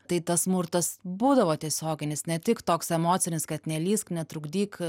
tai tas smurtas būdavo tiesioginis ne tik toks emocinis kad nelįsk netrukdyk